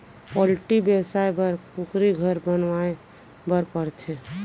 poultry बेवसाय बर कुकुरी घर बनवाए बर परथे